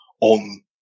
on